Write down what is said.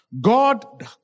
God